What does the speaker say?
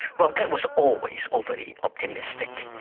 well that was always overly optimistic.